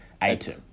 item